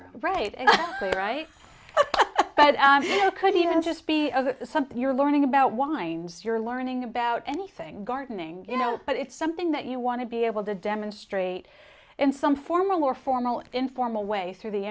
room right and i could even just be something you're learning about winds you're learning about anything gardening you know but it's something that you want to be able to demonstrate in some formal or formal or informal way through the